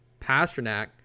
Pasternak